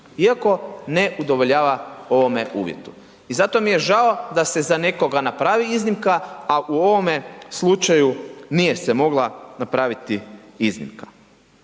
iako ne udovoljava ovome uvjetu i zato mi je žao da se za nekoga napravi iznimka a u ovome slučaju nije se mogla napravit iznimka.